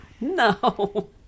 No